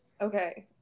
Okay